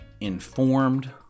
informed